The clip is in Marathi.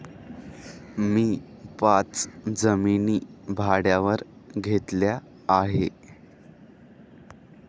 मी पाच जमिनी भाड्यावर घेतल्या आहे